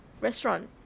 restaurant